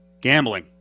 Gambling